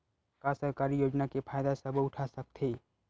का सरकारी योजना के फ़ायदा सबो उठा सकथे?